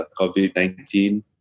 COVID-19